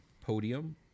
podium